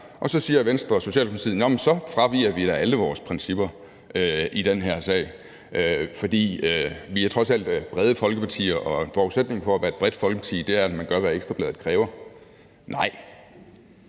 og så siger Venstre og Socialdemokratiet, at så fraviger vi da alle vores principper i den her sag, fordi vi trods alt er brede folkepartier, og forudsætningen for at være et bredt folkeparti er, at man gør, hvad Ekstra Bladet kræver. Nej,